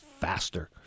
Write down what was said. faster